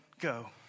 go